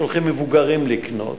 שולחים מבוגרים לקנות.